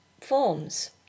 forms